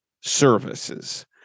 services